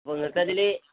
ഇപ്പം നിങ്ങള്ക്കതില്